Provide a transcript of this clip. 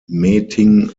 meeting